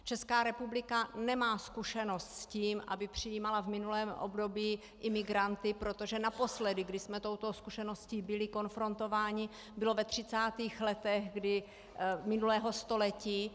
Česká republika nemá zkušenost s tím, aby přijímala v minulém období imigranty, protože naposledy, kdy jsme s touto skutečností byli konfrontováni, bylo ve 30. letech minulého století.